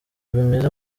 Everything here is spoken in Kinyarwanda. bimeze